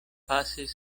pasis